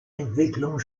entwicklungen